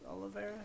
Oliveira